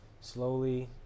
slowly